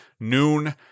noon